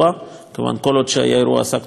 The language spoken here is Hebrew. כל עוד היה אירוע עסקנו באירוע עצמו,